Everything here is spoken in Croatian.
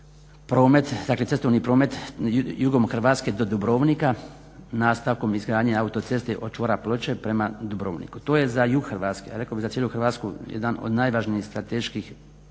cestovni promet jugom Hrvatske do Dubrovnika, nastavkom izgradnje autoceste od čvora Ploče prema Dubrovniku. To je za jug Hrvatske, a rekao bi za cijelu Hrvatsku jedan od najvažnijih strateških